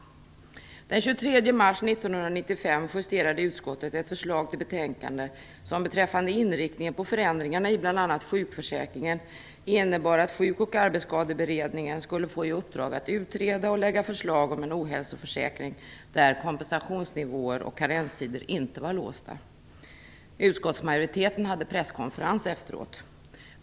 Den 23 mars 1995 justerade utskottet ett förslag till betänkande som beträffande inriktningen på förändringarna i bl.a. sjukförsäkringen innebar att Sjukoch arbetsskadeberedningen skulle få i uppdrag att utreda och lägga fram förslag om en ohälsoförsäkring där kompensationsnivåer och karenstider inte var låsta. Utskottsmajoriteten hade presskonferens efteråt.